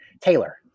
Taylor